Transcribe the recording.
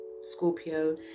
Scorpio